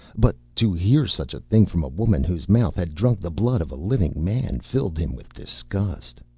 but to hear such a thing from a woman whose mouth had drunk the blood of a living man filled him with disgust.